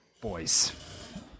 Boys